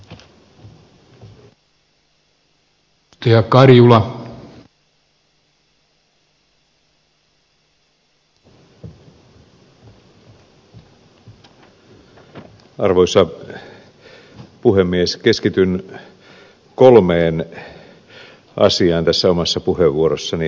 keskityn kolmeen asiaan tässä omassa puheenvuorossani